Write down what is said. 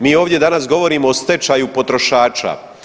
Mi ovdje danas govorimo o stečaju potrošača.